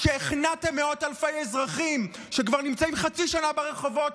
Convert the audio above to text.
שהכנעתם מאות אלפי אזרחים שכבר נמצאים חצי שנה ברחובות,